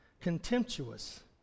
Contemptuous